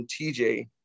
TJ